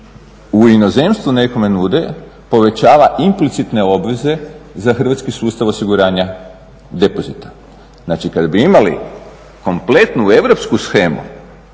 u inozemstvu nekome nude, povećava implicitne obveze za hrvatski sustav osiguranja depozita. Znači, kad bi imali kompletnu europsku shemu